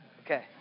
Okay